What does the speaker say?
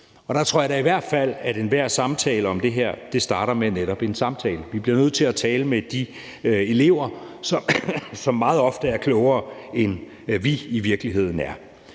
i hvert fald, at enhver samtale om det her starter med netop en samtale. Vi bliver nødt til at tale med de elever, som meget ofte er klogere, end vi i virkeligheden er.